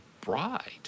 bride